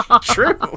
True